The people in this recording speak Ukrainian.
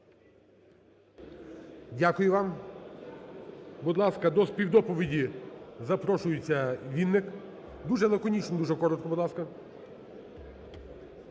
Дякую вам. Будь ласка, до співдоповіді запрошується Вінник. Дуже лаконічно, дуже коротко, будь ласка.